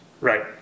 Right